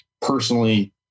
personally